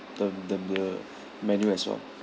the the the menu as well